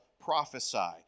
prophesy